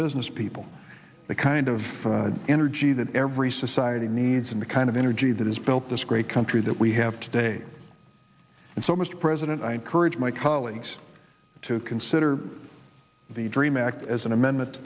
business people the kind of energy that every society needs and the kind of energy that has built this great country that we have today and so mr president i encourage my colleagues to consider the dream act as an amendment